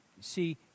see